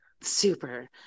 Super